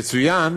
יצוין